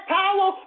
power